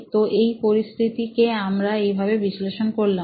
তো এই পরিস্থিতি কে আমরা এভাবে বিশ্লেষণ করলাম